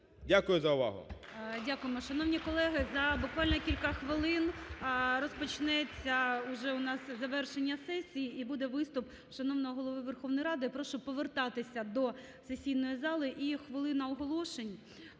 Дякую за увагу.